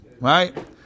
right